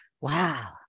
wow